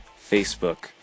Facebook